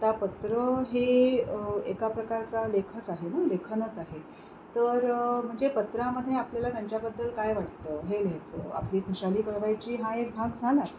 आता पत्र हे एका प्रकारचा लेखच आहे ना लेखनच आहे तर म्हणजे पत्रामध्ये आपल्याला त्यांच्याबद्दल काय वाटतं हे लिहायचं आपली खुशाली कळवायची हा एक भाग झालाच